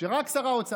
רק ששר האוצר יחליט.